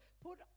put